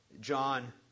John